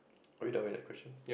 are we done with that question